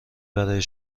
برای